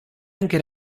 anche